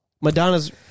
Madonna's